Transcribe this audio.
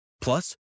Plus